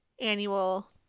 annual